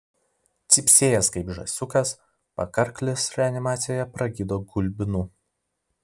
cypsėjęs kaip žąsiukas pakarklis reanimacijoje pragydo gulbinu